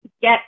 get